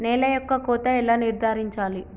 నేల యొక్క కోత ఎలా నిర్ధారించాలి?